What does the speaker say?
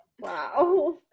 Wow